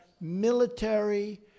military